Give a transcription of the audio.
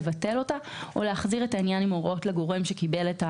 לבטל אותה או להחזיר את העניין עם הוראות לגורם שקיבל את ההחלטה,